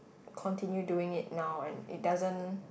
continue doing it now one it doesn't